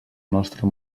nostre